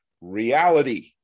reality